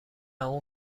اون